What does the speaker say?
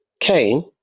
Cain